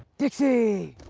dixie!